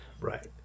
Right